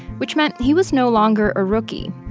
which meant he was no longer a rookie.